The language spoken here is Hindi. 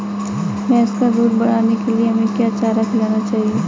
भैंस का दूध बढ़ाने के लिए हमें क्या चारा खिलाना चाहिए?